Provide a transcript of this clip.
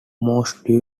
mostly